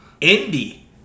Indy